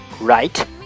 right